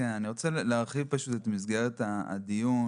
אני רוצה להרחיב את מסגרת הדיון.